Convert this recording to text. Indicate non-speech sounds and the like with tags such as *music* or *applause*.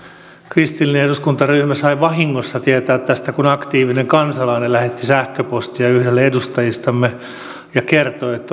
kristillinen eduskuntaryhmä sai vahingossa tietää tästä kun aktiivinen kansalainen lähetti sähköpostia yhdelle edustajistamme ja kertoi että *unintelligible*